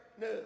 No